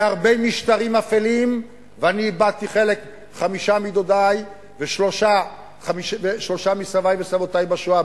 בהרבה משטרים אפלים ואני איבדתי חמישה מדודי ושלושה מסבי וסבותי בשואה,